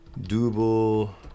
Double